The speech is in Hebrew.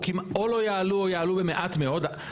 או לא יעלו או יעלו במעט מאוד,